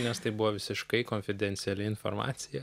nes tai buvo visiškai konfidenciali informacija